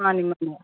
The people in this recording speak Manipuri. ꯃꯥꯅꯤ ꯃꯥꯅꯤ